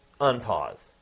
Unpause